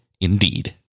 indeed